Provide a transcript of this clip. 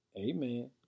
Amen